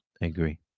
agree